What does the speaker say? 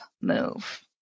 Move